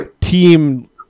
team